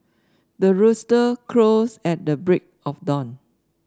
the rooster crows at the break of dawn